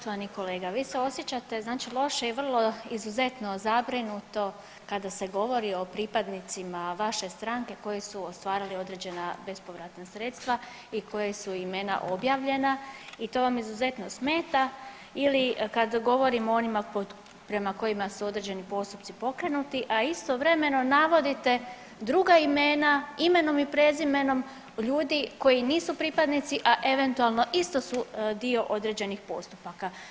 Poštovani kolega vi se osjećate znači loše i vrlo izuzetno zabrinuto kada se govori o pripadnicima vaše stranke koji su ostvarili određena bespovratna sredstva i koja su imena objavljena i to vam izuzetno smeta ili kad govorimo o onima prema kojima su određeni postupci pokrenuti, a istovremeno navodite druga imena imenom i prezimenom ljudi koji nisu pripadnici, a eventualno su dio određenih postupaka.